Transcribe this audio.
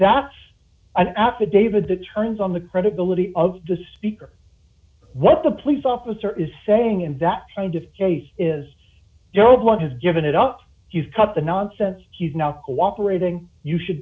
that's an affidavit that turns on the credibility of the speaker what the police officer is saying and that kind of case is job one has given it up he's cut the nonsense he's not cooperating you should